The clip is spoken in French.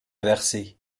inversé